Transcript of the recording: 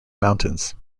mountains